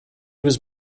was